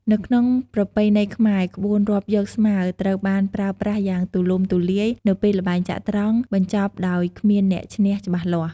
នៅក្នុងប្រពៃណីខ្មែរ ក្បួនរាប់យកស្មើត្រូវបានប្រើប្រាស់យ៉ាងទូលំទូលាយនៅពេលល្បែងចត្រង្គបញ្ចប់ដោយគ្មានអ្នកឈ្នះច្បាស់លាស់។